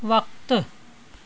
वक़्तु